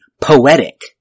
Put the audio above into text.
poetic